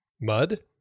Mud